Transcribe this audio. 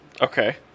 Okay